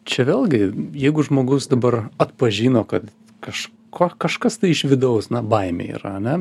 čia vėlgi jeigu žmogus dabar atpažino kad kažko kažkas tai iš vidaus na baimė yra ane